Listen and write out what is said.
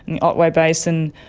the otway basin,